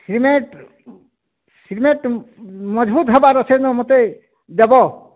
cement cement ମଜ୍ଭୂତ ହେବାର ଅଛନ୍ ମୋତେ ଦେବ